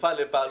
חלופה לבעלות.